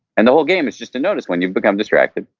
and the whole game is just to notice when you've become distracted,